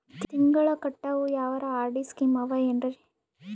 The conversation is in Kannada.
ತಿಂಗಳ ಕಟ್ಟವು ಯಾವರ ಆರ್.ಡಿ ಸ್ಕೀಮ ಆವ ಏನ್ರಿ?